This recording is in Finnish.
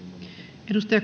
arvoisa